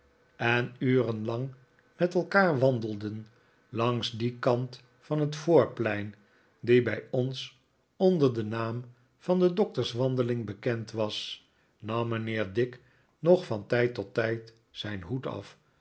en uren lang met elkaar wandelden langs dien kant van het voorplein die bij ons onder den haam van de doctors wandeling bekend was nam mijnheer dick nog van tijd tot tijd zijn hoed af